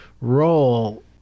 role